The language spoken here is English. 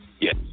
yes